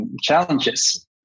challenges